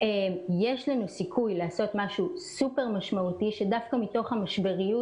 יש לנו סיכוי לעשות משהו סופר משמעותי שדווקא מתוך המשבריות